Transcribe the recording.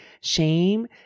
Shame